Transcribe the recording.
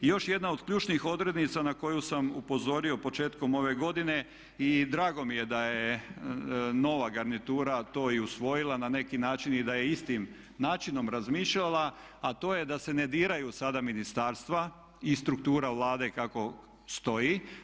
Još jedna od ključnih odrednica na koju sam upozorio početkom ove godine i drago mi je da je nova garnitura to i usvojila na neki način i da je istim načinom razmišljala, a to je da se ne diraju sada ministarstva i struktura Vlade kako stoji.